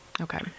Okay